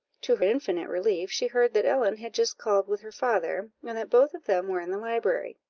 to her infinite relief she heard that ellen had just called with her father, and that both of them were in the library.